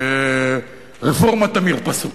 רפורמת המרפסות.